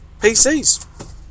PCs